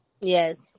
Yes